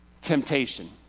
temptation